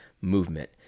movement